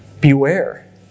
Beware